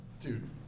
Dude